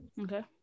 okay